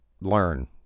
learn